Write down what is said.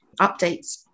updates